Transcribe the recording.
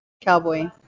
cowboy